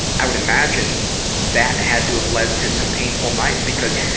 i would imagine that had to have led to some painful nights because